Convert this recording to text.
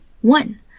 One